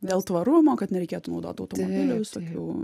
dėl tvarumo kad nereikėtų naudot automobilių visokių